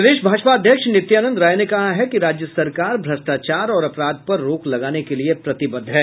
प्रदेश भाजपा अध्यक्ष नित्यानंद राय ने कहा है कि राज्य सरकार भ्रष्टाचार और अपराध पर रोक लगाने के लिए प्रतिबद्ध है